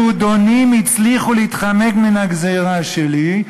היהודונים הצליחו להתחמק מן הגזירה שלי,